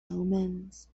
omens